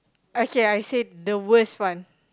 okay I said the worst one